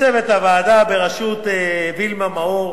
צוות הוועדה בראשות וילמה מאור,